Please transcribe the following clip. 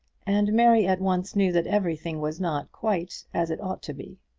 and mary at once knew that everything was not quite as it ought to be.